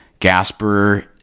Gasper